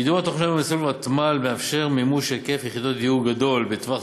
קידום התוכניות במסלול ותמ"ל מאפשר מימוש היקף יחידות דיור גדול בטווח